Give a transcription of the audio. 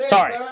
Sorry